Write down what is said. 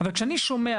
אבל כשאני שומע,